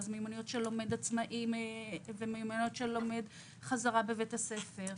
אז מיומנויות של לומד עצמאי ומיומנויות של לומד חזרה בבית הספר,